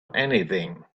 anything